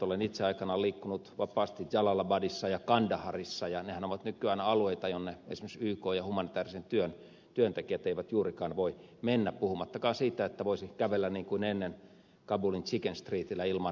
olen itse aikanaan liikkunut vapaasti jalalabadissa ja kandaharissa ja nehän ovat nykyään alueita jonne esimerkiksi ykn ja humanitaarisen työn työntekijät eivät juurikaan voi mennä puhumattakaan siitä että voisi kävellä niin kuin ennen kabulin chicken streetillä ilman henkivartijoita